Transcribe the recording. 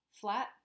flat